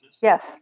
yes